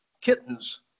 kittens